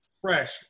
fresh